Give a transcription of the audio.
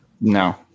No